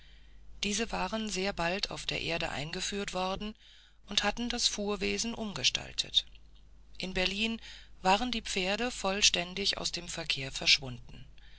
diese waren sehr bald auf der erde eingeführt worden und hatten das fuhrwesen umgestaltet in berlin waren die pferde vollständig aus dem verkehr geschwunden